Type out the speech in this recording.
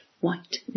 white